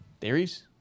Theories